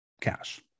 cash